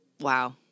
Wow